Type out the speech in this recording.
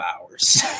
hours